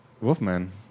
Wolfman